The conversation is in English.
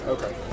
Okay